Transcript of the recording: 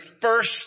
first